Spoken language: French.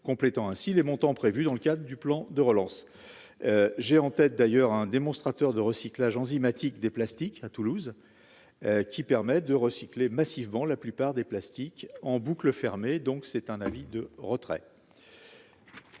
complétant ainsi les montants prévus dans le cadre du plan de relance, j'ai en tête d'ailleurs un démonstrateur de recyclage enzymatique des plastiques à Toulouse qui permet de recycler massivement la plupart des plastiques en boucle fermée, donc c'est un avis de retrait.